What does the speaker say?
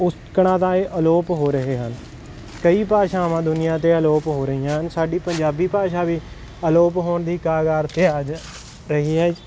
ਉਸ ਤਰ੍ਹਾਂ ਤਾਂ ਇਹ ਅਲੋਪ ਹੋ ਰਹੇ ਹਨ ਕਈ ਭਾਸ਼ਾਵਾਂ ਦੁਨੀਆਂ 'ਤੇ ਅਲੋਪ ਹੋ ਰਹੀਆਂ ਹਨ ਸਾਡੀ ਪੰਜਾਬੀ ਭਾਸ਼ਾ ਵੀ ਅਲੋਪ ਹੋਣ ਦੀ ਕਾਗਾਰ 'ਤੇ ਆ ਰਹੀ ਹੈ